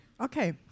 Okay